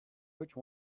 which